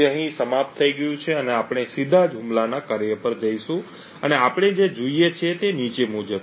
તે અહીં સમાપ્ત થઈ ગયું છે અને આપણે સીધા જ હુમલાના કાર્ય પર જઈશું અને આપણે જે જોઈએ છીએ તે નીચે મુજબ છે